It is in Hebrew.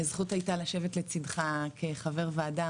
זכות הייתה לשבת לצדך כחבר ועדה,